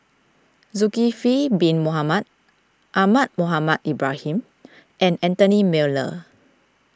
Zulkifli Bin Mohamed Ahmad Mohamed Ibrahim and Anthony Miller